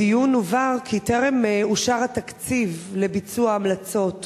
בדיון הובהר כי טרם אושר התקציב לביצוע ההמלצות,